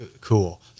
cool